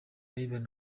evan